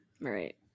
Right